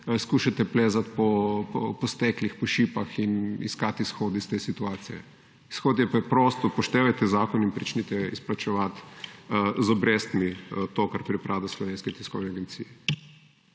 skušate plezat po steklih, po šipah in iskat izhod iz te situacije. Izhod je preprost, upoštevajte zakon in pričnite izplačevat z obrestmi to, kar pripada Slovenski tiskovni agenciji.